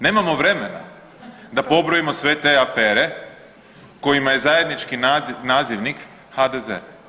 Nemamo vremena da pobrojimo sve te afere kojima je zajednički nazivnik HDZ.